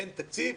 אין תקציב,